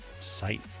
site